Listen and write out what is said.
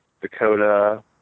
Dakota